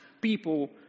people